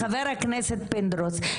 חבר הכנסת פינדרוס,